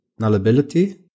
nullability